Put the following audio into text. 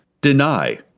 deny